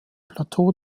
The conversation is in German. plateau